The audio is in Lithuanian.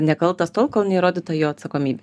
nekaltas tol kol neįrodyta jo atsakomybė